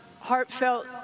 heartfelt